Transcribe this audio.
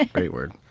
like great word!